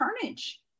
carnage